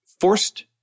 forced